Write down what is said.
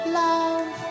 love